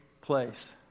place